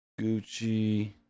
Gucci